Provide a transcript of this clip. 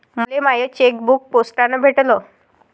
मले माय चेकबुक पोस्टानं भेटल